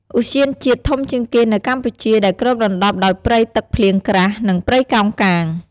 ទ្យានជាតិធំជាងគេនៅកម្ពុជាដែលគ្របដណ្ដប់ដោយព្រៃទឹកភ្លៀងក្រាស់ និងព្រៃកោងកាង។